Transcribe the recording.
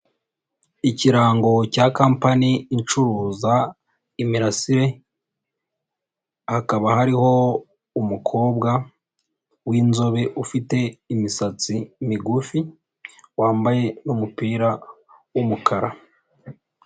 Ikirango cya Kampani icururuza imirasire, hakaba hariho umukobwa w'inzobe ufite imisatsi migufi, wambaye umupira w'umukara.